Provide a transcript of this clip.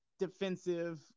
defensive